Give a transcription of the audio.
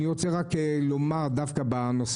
בנושא